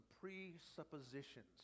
presuppositions